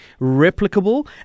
replicable